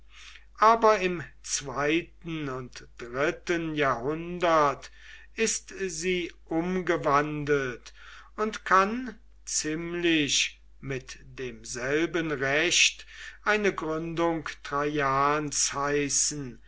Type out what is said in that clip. aber im zweiten und dritten jahrhundert ist sie umgewandelt und kann ziemlich mit demselben recht eine gründung traians heißen